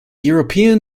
european